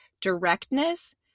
directness